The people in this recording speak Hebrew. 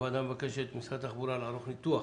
הוועדה מבקשת ממשרד התחבורה, לערוך ניתוח